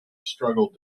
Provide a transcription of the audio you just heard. struggled